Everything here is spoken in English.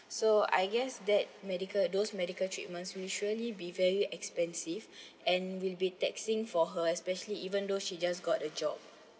so I guess that medical those medical treatment usually be very expensive and will be taxing for her especially even though she just got a job